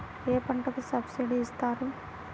ఏ పంటకు సబ్సిడీ ఇస్తారు?